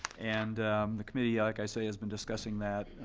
and the committee yeah like i say has been discussing that